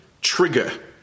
trigger